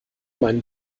meinen